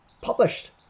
published